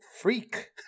freak